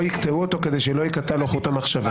יקטעו אותו כדי שלא ייקטע לו חוט המחשבה.